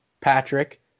Patrick